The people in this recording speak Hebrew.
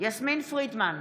יסמין פרידמן,